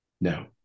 no